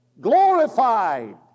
glorified